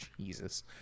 Jesus